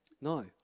No